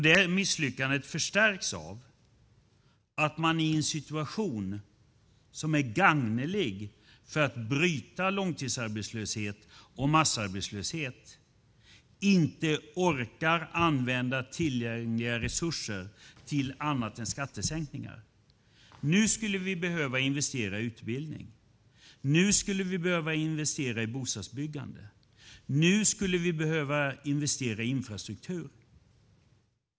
Detta misslyckande förstärks av att man i en situation som är gagnelig för att bryta långtidsarbetslöshet och massarbetslöshet inte orkar använda tillgängliga resurser till annat än skattesänkningar. Nu skulle vi behöva investera i utbildning. Nu skulle vi behöva investera i bostadsbyggande. Nu skulle vi behöva investera i infrastruktur.